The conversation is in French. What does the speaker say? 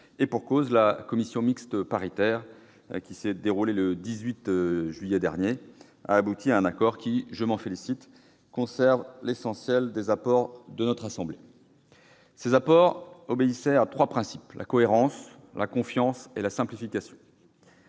et pour cause : la commission mixte paritaire qui s'est déroulée le 18 juillet dernier a abouti à un accord qui, je m'en félicite, conserve l'essentiel des apports du Sénat. Ces apports obéissaient à trois principes : la cohérence, la confiance et la simplification.